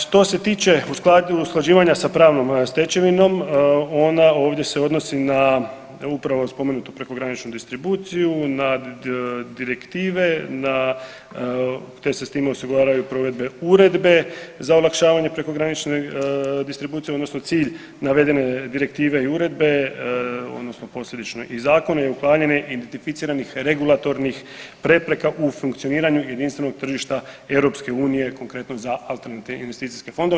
Što se tiče usklađivanja sa pravnom stečevinom ona ovdje se odnosi na upravo spomenutu prekograničnu distribuciju, na direktive, na te se s tim osiguravaju provedbe uredbe za olakšavanje prekogranične distribucije odnosno cilj navedene direktive i uredbe odnosno posljedično i zakona je uklanjanje identificiranih regulatornih prepreka u funkcioniranju jedinstvenog tržišta EU konkretno za te alternativne investicijske fondove.